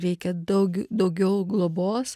reikia daug daugiau globos